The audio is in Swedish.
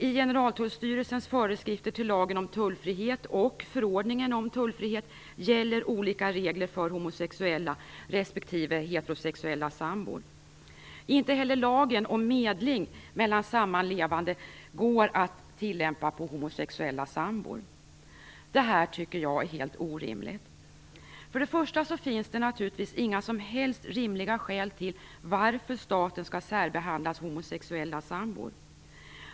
I Generaltullstyrelsens föreskrifter till lagen om tullfrihet och i förordningen om tullfrihet gäller olika regler för homosexuella respektive heterosexuella sambor. Inte heller lagen om medling mellan sammanlevande går att tillämpa när det gäller homosexuella sambor. Detta tycker jag är helt orimligt. För det första finns det naturligtvis inga som helst rimliga skäl till att staten skall särbehandla homosexuella sambor.